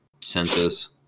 census